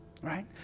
Right